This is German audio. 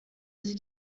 sie